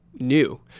New